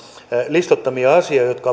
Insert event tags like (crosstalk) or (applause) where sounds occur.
listaamia asioita jotka (unintelligible)